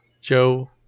Joe